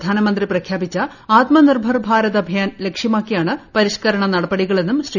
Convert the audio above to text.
പ്രധാനമന്ത്രി പ്രഖ്യാപിച്ച ആത്മനിർഭർ ഭാരത് അഭിയാൻ ലക്ഷ്യമാക്കിയാണ് പരീഷ്ക്കരണ നടപടികളെന്നും ശ്രീ